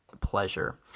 pleasure